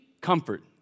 comfort